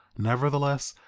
nevertheless,